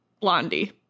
blondie